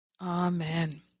Amen